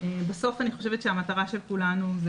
בסוף אני חושבת שהמטרה של כולנו זה